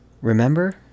Remember